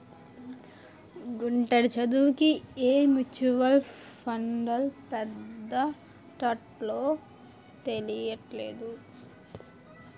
గుంటడి చదువుకి ఏ మ్యూచువల్ ఫండ్లో పద్దెట్టాలో తెలీట్లేదు